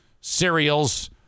cereals